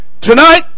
Tonight